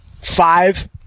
five